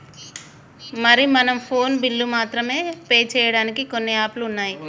మరి మనం ఫోన్ బిల్లులు మాత్రమే పే చేయడానికి కొన్ని యాప్లు ఉన్నాయి